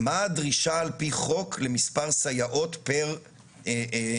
מה הדרישה על פי חוק למספר סייעות פר ילדים?